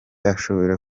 ashobora